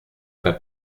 pas